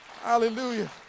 Hallelujah